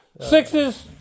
Sixes